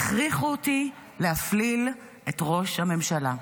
הכריחו אותי להפליל את ראש הממשלה.